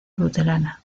luterana